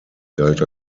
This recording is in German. galt